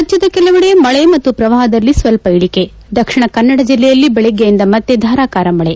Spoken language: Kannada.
ರಾಜ್ಯದ ಕೆಲವೆಡೆ ಮಳೆ ಮತ್ತು ಪ್ರವಾಪದಲ್ಲಿ ಸ್ವಲ್ಪ ಇಳಿಕೆ ದಕ್ಷಿಣ ಕನ್ನಡ ಜಿಲ್ಲೆಯಲ್ಲಿ ಬೆಳಗ್ಗೆಯಿಂದ ಮತ್ತೆ ಧಾರಾಕಾರ ಮಳೆ